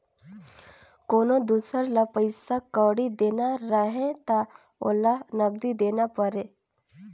कोनो दुसर ल पइसा कउड़ी देना रहें त ओला नगदी देना परे